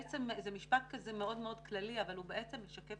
בעצם זה משפט כזה מאוד מאוד כללי אבל הוא בעצם משקף